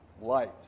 light